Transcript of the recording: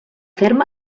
ferm